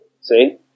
See